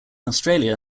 australia